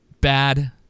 bad